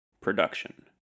production